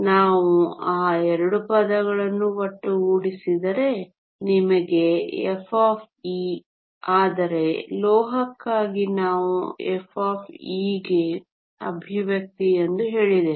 ನಾವು ಆ 2 ಪದಗಳನ್ನು ಒಟ್ಟುಗೂಡಿಸಿದರೆ ನಿಮಗೆ f ಆದರೆ ಲೋಹಕ್ಕಾಗಿ ನಾವು f ಗೆ ಎಕ್ಸ್ಪ್ರೆಶನ್ ಎಂದು ಹೇಳಿದೆವು